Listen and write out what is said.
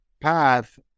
path